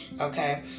okay